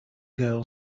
girl